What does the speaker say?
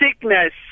sickness